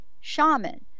shaman